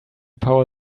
power